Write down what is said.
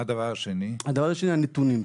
הדבר השני, הנתונים.